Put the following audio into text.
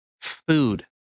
food